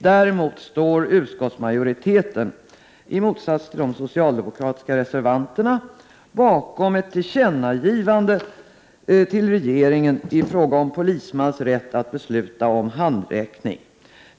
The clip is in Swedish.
Däremot står utskottsmajoriteten, i motsats till de socialdemokratiska reservanterna, bakom ett tillkännagivande till regeringen i fråga om polismans rätt att besluta om husrannsakan.